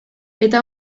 eta